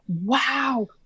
Wow